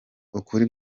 ukuri